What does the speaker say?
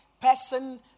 person